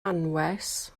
anwes